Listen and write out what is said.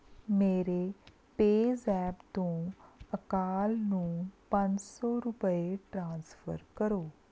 ਮੇਰੇ ਪੇਅਜ਼ੈਪ ਤੋਂ ਅਕਾਲ ਨੂੰ ਪੰਜ ਸੌ ਰੁਪਏ ਟ੍ਰਾਂਸਫਰ ਕਰੋ